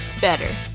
better